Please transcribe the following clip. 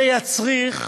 זה יצריך,